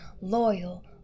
Loyal